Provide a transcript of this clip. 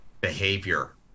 behavior